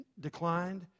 declined